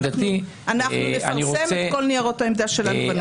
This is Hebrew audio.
אנחנו נפרסם את כל ניירות העמדה שלנו בנושא.